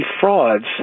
frauds